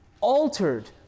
altered